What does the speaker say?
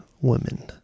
women